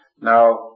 Now